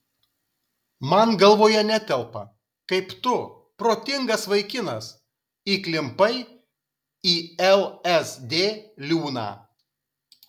man galvoje netelpa kaip tu protingas vaikinas įklimpai į lsd liūną